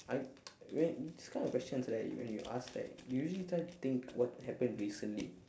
I wait this kind of questions right when you ask right you usually try to think what happened recently